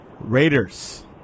Raiders